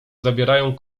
zabierają